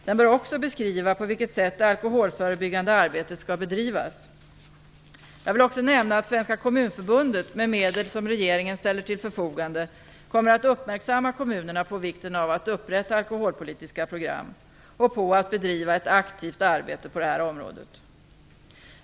Den bör också beskriva på vilket sätt det alkoholförebyggande arbetet skall bedrivas. Jag vill också nämna att Svenska kommunförbundet, med medel som regeringen ställer till förfogande, kommer att göra kommunerna uppmärksamma på vikten av att upprätta alkoholpolitiska program och att bedriva ett aktivt arbete på detta område.